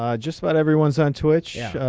um just about everyone's on twitch.